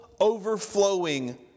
overflowing